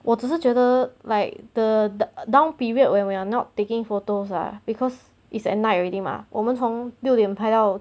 我只是觉得 like the down period when we're not taking photos ah because it's at night already mah 我们从六点拍到